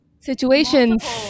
Situations